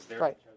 Right